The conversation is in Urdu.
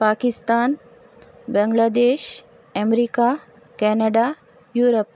Pakistan Bangladesh America Canada Europe